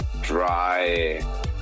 dry